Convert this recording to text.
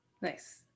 Nice